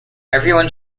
everyone